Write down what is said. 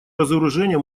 разоружение